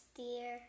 dear